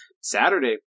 Saturday